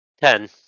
Ten